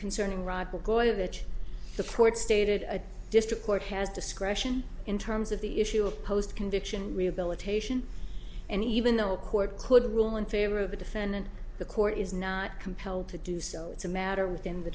the port stated a district court has discretion in terms of the issue of post conviction rehabilitation and even though a court could rule in favor of the defendant the court is not compelled to do so it's a matter within the